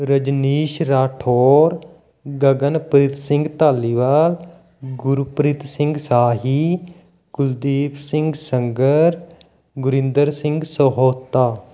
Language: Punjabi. ਰਜਨੀਸ਼ ਰਾਠੌਰ ਗਗਨਪ੍ਰੀਤ ਸਿੰਘ ਧਾਲੀਵਾਲ ਗੁਰਪ੍ਰੀਤ ਸਿੰਘ ਸਾਹੀ ਕੁਲਦੀਪ ਸਿੰਘ ਸੰਗਰ ਗੁਰਿੰਦਰ ਸਿੰਘ ਸਹੋਤਾ